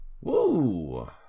Woo